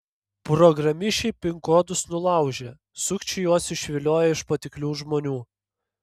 programišiai pin kodus nulaužia sukčiai juos išvilioja iš patiklių žmonių